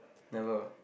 never